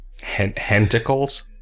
Hentacles